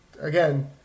again